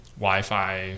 Wi-Fi